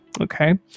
okay